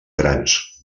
grans